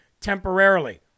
temporarily